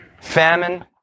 famine